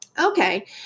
okay